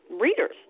readers